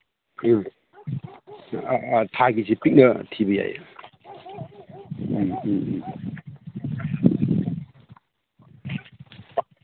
ꯎꯝ ꯊꯥꯒꯤꯁꯤ ꯄꯤꯛꯅ ꯊꯤꯕ ꯌꯥꯏ ꯎꯝ ꯎꯝ ꯎꯝ